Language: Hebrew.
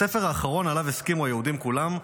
הספר האחרון שעליו הסכימו היהודים כולם,